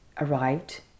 arrived